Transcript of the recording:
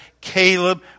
Caleb